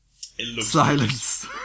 Silence